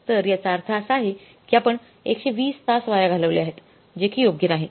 तर याचा अर्थ असा आहे की आपण 120 तास वाया घालवले आहेत जे कि योग्य नाहीत